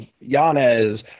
Yanez